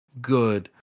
good